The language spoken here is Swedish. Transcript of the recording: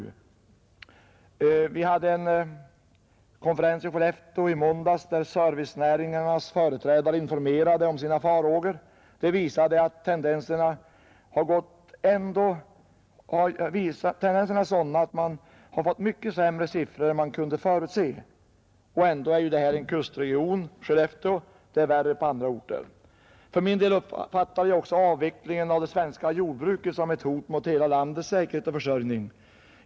I måndags hade vi en konferens i Skellefteå, där servicenäringarnas företrädare informerade om sina farhågor. Tendensen ger mycket sämre siffror än man kunde förutse. Skellefteå ligger ändå i kustregionen; det är värre på andra orter. För min del uppfattar jag också avvecklingen av det svenska jordbruket som ett hot mot hela landets säkerhet och försörjning.